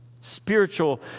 Spiritual